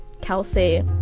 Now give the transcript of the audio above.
Kelsey